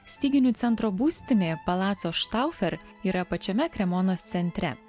styginių centro būstinė palaco štaufer yra pačiame kremonos centre